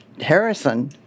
Harrison